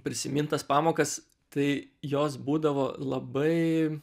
prisimint tas pamokas tai jos būdavo labai